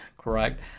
correct